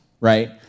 right